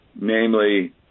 Namely